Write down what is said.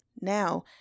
Now